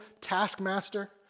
taskmaster